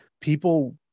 people